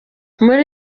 muri